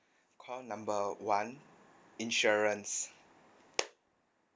call number one insurance